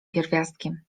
pierwiastkiem